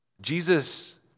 Jesus